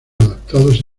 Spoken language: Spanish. adaptados